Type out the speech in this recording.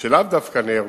שלאו דווקא נהרגו,